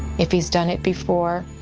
if he's done it before,